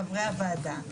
חברי הוועדה,